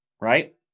Right